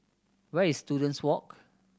where is Students Walk